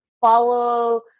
Follow